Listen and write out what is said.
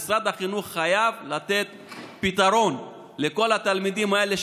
משרד החינוך חייב לתת פתרון לכל התלמידים האלה,